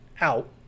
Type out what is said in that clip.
out